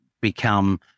become